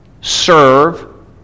serve